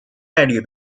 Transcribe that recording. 概率